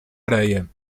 areia